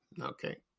okay